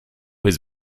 his